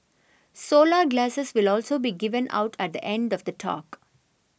solar glasses will also be given out at the end of the talk